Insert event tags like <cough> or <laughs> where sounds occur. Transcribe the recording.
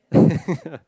<laughs>